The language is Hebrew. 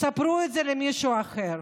ספרו את זה למישהו אחר.